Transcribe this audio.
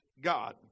God